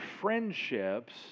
friendships